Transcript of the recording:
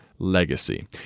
Legacy